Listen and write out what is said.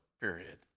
period